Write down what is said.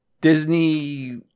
Disney